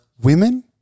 women